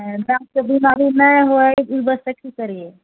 आ दाँतके बीमारी नहि हुए ई वास्ते की करिऐ